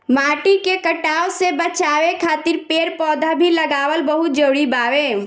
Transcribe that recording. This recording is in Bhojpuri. माटी के कटाव से बाचावे खातिर पेड़ पौधा भी लगावल बहुत जरुरी बावे